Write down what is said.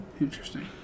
Interesting